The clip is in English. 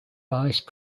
vice